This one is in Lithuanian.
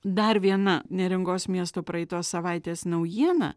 dar viena neringos miesto praeitos savaitės naujiena